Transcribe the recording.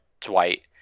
Dwight